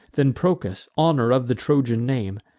then procas, honor of the trojan name,